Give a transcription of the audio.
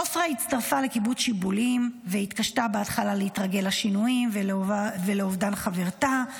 עפרה הצטרפה לשיבולים והתקשתה בהתחלה להתרגל לשינויים ולאובדן חברתה,